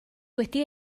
wedi